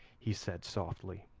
he said softly,